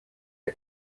are